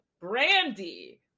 Brandy